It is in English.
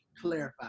clarify